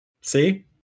See